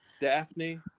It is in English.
Daphne